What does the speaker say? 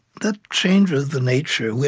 that changes the nature.